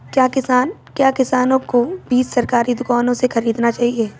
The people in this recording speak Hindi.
क्या किसानों को बीज सरकारी दुकानों से खरीदना चाहिए?